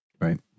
right